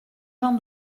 jean